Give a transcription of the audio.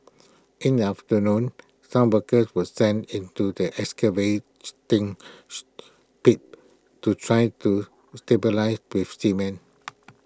in the afternoon some workers were sent into the excavation pit to try to stabilise with cement